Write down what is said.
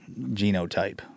genotype